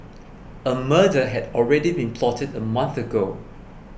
a murder had already been plotted a month ago